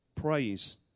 Praise